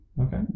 Okay